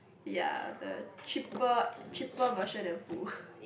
ya the cheaper cheaper version and full